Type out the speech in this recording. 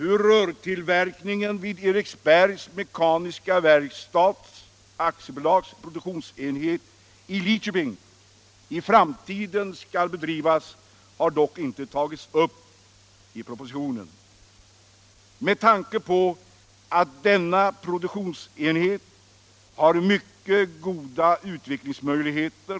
Propositionen tar dock inte upp hur rörtillverkningen vid produktionsenheten i Lidköping för Eriksbergs Mekaniska Verkstads AB i framtiden skall bedrivas. Denna produktionsenhet har mycket goda utvecklingsmöjligheter.